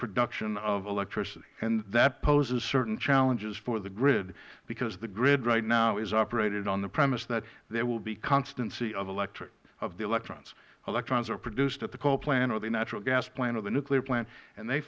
production of electricity and that poses certain challenges for the grid because the grid right now is operated on the premise that there will be constancy of the electrons electrons are produced at the coal plant or the natural gas plant or the nuclear plant and they